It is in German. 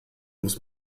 muss